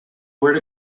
where